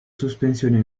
sospensione